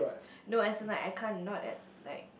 no as in like I can't not at like